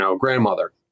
grandmother